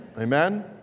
Amen